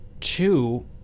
two